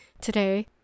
today